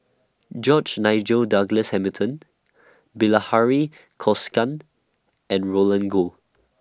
George Nigel Douglas Hamilton Bilahari Kausikan and Roland Goh